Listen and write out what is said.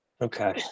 Okay